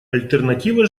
альтернатива